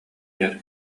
иһэр